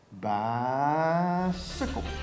bicycle